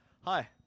hi